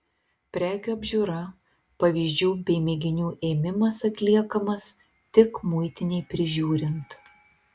prekių apžiūra pavyzdžių bei mėginių ėmimas atliekamas tik muitinei prižiūrint